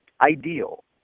ideal